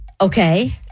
Okay